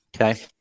Okay